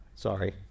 Sorry